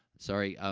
sorry, um,